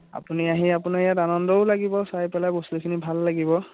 আপুনি আহি আপোনাৰ ইয়াত আনন্দও লাগিব চাই পেলাই বস্তুখিনি ভাল লাগিব